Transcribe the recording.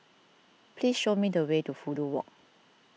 please show me the way to Fudu Walk